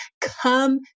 come